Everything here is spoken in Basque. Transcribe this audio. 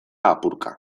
apurka